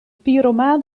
pyromaan